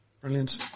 Brilliant